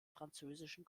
französischen